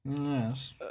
Yes